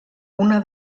una